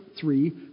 three